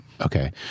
Okay